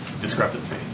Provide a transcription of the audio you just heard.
discrepancy